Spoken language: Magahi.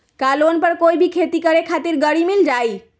का लोन पर कोई भी खेती करें खातिर गरी मिल जाइ?